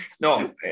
no